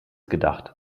gedacht